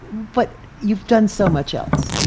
but you've done so much else. and